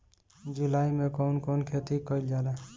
जुलाई मे कउन कउन खेती कईल जाला?